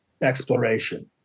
exploration